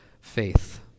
faith